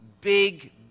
big